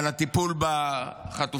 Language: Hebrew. על הטיפול בחטופים,